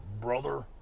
brother